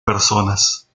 personas